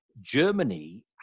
Germany